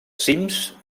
cims